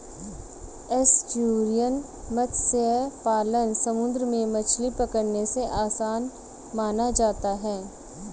estuarine मत्स्य पालन समुंदर में मछली पकड़ने से आसान माना जाता है